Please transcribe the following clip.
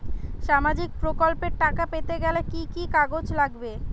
সামাজিক প্রকল্পর টাকা পেতে গেলে কি কি কাগজ লাগবে?